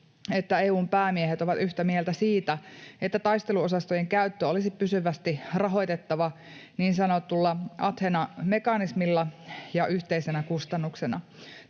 että EU:n päämiehet ovat yhtä mieltä siitä, että taisteluosastojen käyttö olisi pysyvästi rahoitettava niin sanotulla Athena-mekanismilla ja yhteisenä kustannuksena.